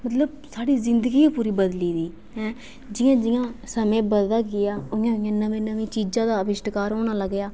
साढ़ी जिंदगी गै पूरी बदली गेदी जि'यां जि'यां समें बधदा गेआ इ''यां नमीं नमीं चीजें दा अविष्कार होन लगेआ